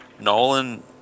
Nolan